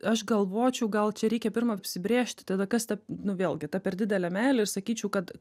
aš galvočiau gal čia reikia pirma apsibrėžti tada kas ta nu vėlgi ta per didelė meilė ir sakyčiau kad